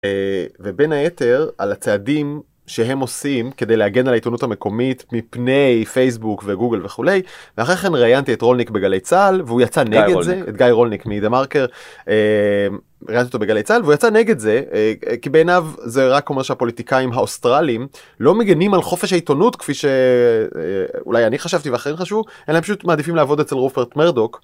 אה.. ובין היתר על הצעדים שהם עושים כדי להגן על העיתונות המקומית מפני פייסבוק וגוגל וכולי ואחרי כן ראיינתי את רולניק בגלי צה"ל והוא יצא נגד זה, את גיא רולניק מדה מרקר, ראיינתי אותו בגלי צה"ל והוא יצא נגד זה כי בעיניו זה רק אומר שהפוליטיקאים האוסטרליים לא מגנים על חופש העיתונות כפי שאולי אני חשבתי ואחרים חשבו אלא פשוט מעדיפים לעבוד אצל רופרט מרדוק.